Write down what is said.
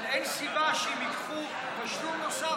אבל אין סיבה שהם ייקחו תשלום נוסף